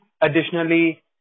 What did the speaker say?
additionally